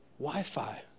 Wi-Fi